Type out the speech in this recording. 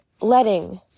letting